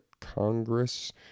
Congress